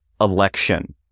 election